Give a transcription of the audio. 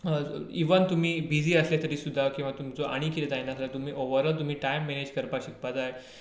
even तुमी busy आसले तरी सुद्दां किंवा तुमचो आनी केंदें जायना आसता ओवरऑल तुमी टायम मॅनेजे करपा शिकपा जाय